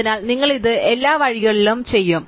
അതിനാൽ നിങ്ങൾ ഇത് എല്ലാ വഴികളിലും ചെയ്യും